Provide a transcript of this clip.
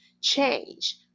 change